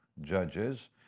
Judges